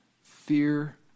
Fear